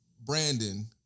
Brandon